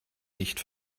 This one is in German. nicht